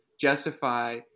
justify